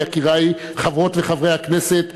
יקירי חברות וחברי הכנסת,